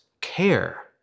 care